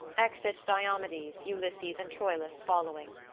exit diomedes ulysses and troilus following